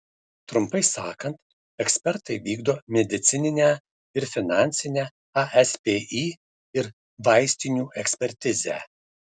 trumpai sakant ekspertai vykdo medicininę ir finansinę aspį ir vaistinių ekspertizę